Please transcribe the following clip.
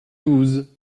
douze